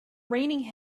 raining